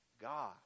God